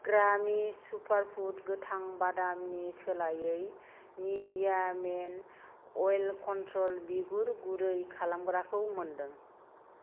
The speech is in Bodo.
ग्रामि सुपारफुड गोथां बादामनि सोलायै निविया मेन अइल कन्ट्रल बिगुर गुरै खालामग्राखौ मोनदों